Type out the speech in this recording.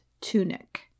tunic